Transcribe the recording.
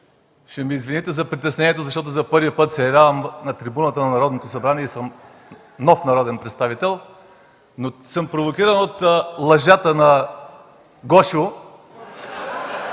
Ще ме извините за притеснението, защото за първи път се явявам на трибуната на Народното събрание и съм нов народен представител, но съм провокиран от лъжата на Гошо